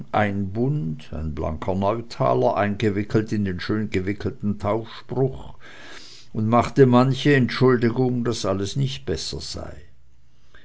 ein blanker neutaler eingewickelt in den schön gemalten taufspruch und machte manche entschuldigung daß alles nicht besser sei